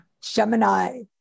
Gemini